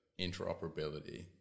interoperability